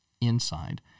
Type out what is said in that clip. inside